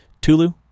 Tulu